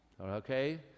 okay